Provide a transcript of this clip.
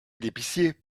d’épicier